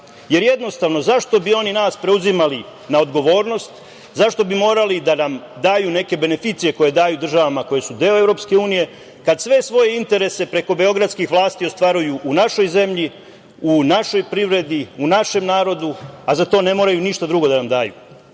Jer, jednostavno, zašto bi oni nas preuzimali na odgovornost, zašto bi morali da nam daju neke beneficije koje daju državama koje su deo EU kad sve svoje interese preko beogradskih vlasti ostvaruju u našoj zemlji, u našoj privredi, u našem narodu, a za to ne moraju ništa drugo da nam daju. Tih